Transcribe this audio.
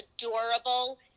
adorable